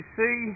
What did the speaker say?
see